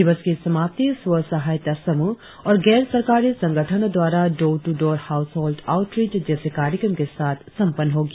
दिवस की समाप्ति स्व सहायता समूह और गैर सरकारी संगठनों द्वारा door to door household outreach जैसे कार्यक्रम के साथ संपन्न होगी